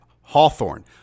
Hawthorne